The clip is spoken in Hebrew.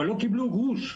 אבל לא קיבלו גרוש.